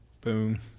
Boom